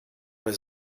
does